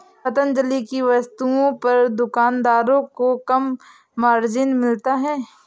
पतंजलि की वस्तुओं पर दुकानदारों को कम मार्जिन मिलता है